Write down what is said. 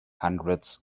hundreds